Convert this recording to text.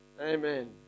Amen